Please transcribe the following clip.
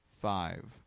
Five